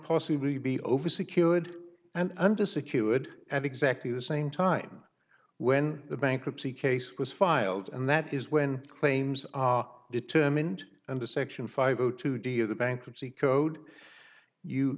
possibly be over secured and under secured at exactly the same time when the bankruptcy case was filed and that is when claims are determined under section five zero two d of the bankruptcy code you